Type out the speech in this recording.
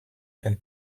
and